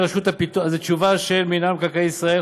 זו תשובה של מינהל מקרקעי ישראל,